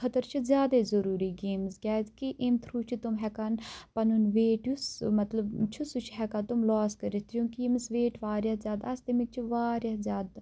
خٲطرٕ چھِ زِیادٕے ضروٗری گیمٕز کِیازِ کہِ امہِ تھروٗ چھِ تِم ہیٚکان پَنُن ویٹ یُس مطلب چھُ سُہ چھِ ہیٚکان تِم لوس کٔرِتھ چوٗنکہِ ییٚمِس ویٹ واریاہ زیادٕ آسہِ تٔمِس چھُ وارِیاہ زِیادٕ